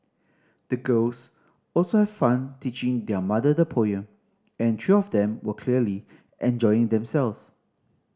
the girls also have fun teaching their mother the poem and three of them were clearly enjoying themselves